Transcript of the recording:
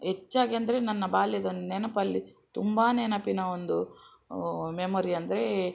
ಹೆಚ್ಚಾಗಿ ಅಂದರೆ ನನ್ನ ಬಾಲ್ಯದ ನೆನಪಲ್ಲಿ ತುಂಬ ನೆನಪಿನ ಒಂದು ಮೆಮೊರಿ ಅಂದರೆ